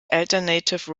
alternative